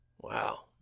wow